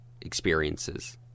experiences